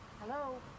Hello